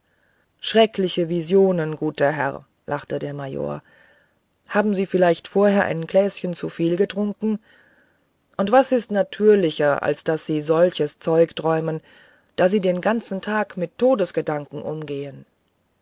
schreckliche visionen guter herr lachte der major haben sie vielleicht vorher ein gläschen zu viel getrunken und was ist natürlicher als daß sie solches zeug träumen da sie den ganzen tag mit todesgedanken umgehen